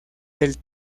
del